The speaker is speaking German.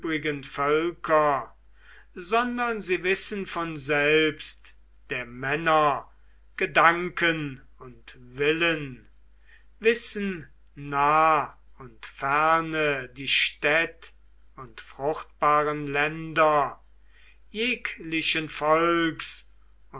völker sondern sie wissen von selbst der männer gedanken und willen wissen nah und ferne die städt und fruchtbaren länder jeglichen volks